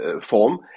form